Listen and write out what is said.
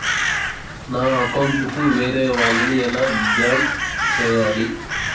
నా అకౌంట్ కు వేరే వాళ్ళ ని ఎలా జామ సేయాలి?